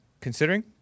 considering